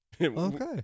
okay